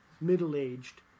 middle-aged